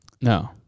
No